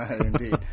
indeed